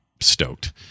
stoked